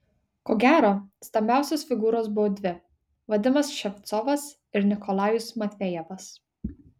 ko gero stambiausios figūros buvo dvi vadimas ševcovas ir nikolajus matvejevas